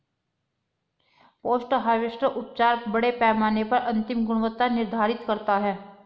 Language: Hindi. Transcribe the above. पोस्ट हार्वेस्ट उपचार बड़े पैमाने पर अंतिम गुणवत्ता निर्धारित करता है